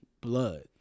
blood